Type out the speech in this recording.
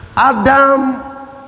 Adam